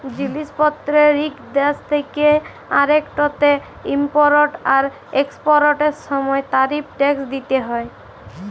জিলিস পত্তের ইক দ্যাশ থ্যাকে আরেকটতে ইমপরট আর একসপরটের সময় তারিফ টেকস দ্যিতে হ্যয়